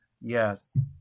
yes